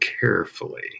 carefully